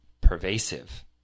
pervasive